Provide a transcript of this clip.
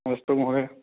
अस्तु महोदय